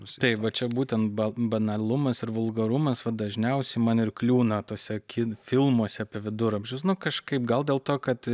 taip va čia būtent ba banalumas ir vulgarumas va dažniausiai man ir kliūna tuose kino filmuose apie viduramžius nu kažkaip gal dėl to kad